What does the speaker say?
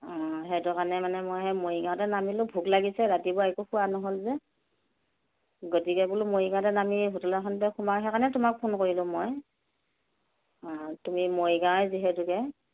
অ সেইটো কাৰণে মানে মই এই মৰিগাঁৱতে নামিলোঁ ভোক লাগিছে ৰাতিপুৱা একো খোৱা নহ'ল যে গতিকে বোলো মৰিগাঁৱতে নামি হোটেল এখনতে সোমাওঁ সেইকাৰণে তোমাক ফোন কৰিলোঁ মই অ তুমি মৰিগাঁৱৰে যিহেতুকে